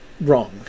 wrong